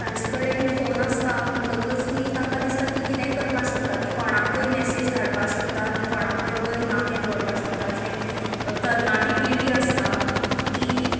तांचे कडेन फोन आसता म्हणटकच ती तांकां दिसता ती कितेंय करपाक शकतात ती कोणाकय मॅसेज धाडपाक शकतात ती कोणा बरोबरूय नातें दवरपाक शकतात जे तरणाटी पिढी आसता ती